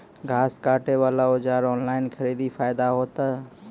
घास काटे बला औजार ऑनलाइन खरीदी फायदा होता?